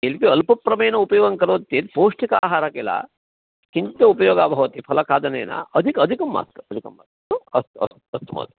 किन्तु अल्पप्रमाणेन उपयोगं करोति चेत् पौष्टिकाहारः किल किन्तु उपयोगः भवति फलखादनेन अधिकम् अधिकं मास्तु अधिकं मास्तु अस्तु अस्तु अस्तु महोदय